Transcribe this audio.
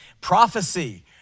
prophecy